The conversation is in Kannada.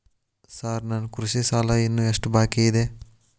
ಸಾರ್ ನನ್ನ ಕೃಷಿ ಸಾಲ ಇನ್ನು ಎಷ್ಟು ಬಾಕಿಯಿದೆ?